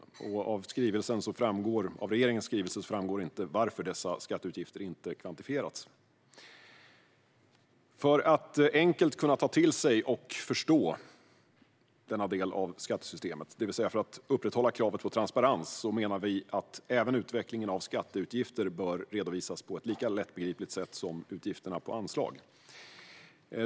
Av regeringens skrivelse framgår det inte varför dessa skatteutgifter inte har kvantifierats. För att man enkelt ska kunna ta till sig och förstå denna del av skattesystemet, det vill säga för att kravet på transparens ska upprätthållas, menar vi att även utvecklingen av skatteutgifter bör redovisas på ett lika lättbegripligt sätt som utgifterna på anslag.